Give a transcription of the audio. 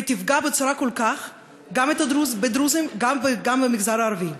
ותפגע כל כך גם בדרוזים וגם במגזר הערבי.